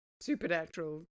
supernatural